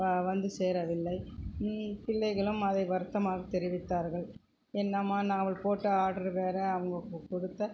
வந்து சேரவில்லை பிள்ளைகளும் அது வருத்தமாக தெரிவித்தார்கள் என்னாம்மா நாம் போட்ட ஆட்ரு வேறு அவங்க கொடுத்த